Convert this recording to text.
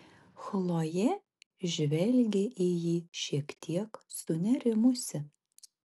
chlojė žvelgė į jį šiek tiek sunerimusi